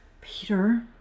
Peter